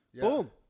Boom